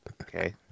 Okay